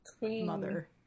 mother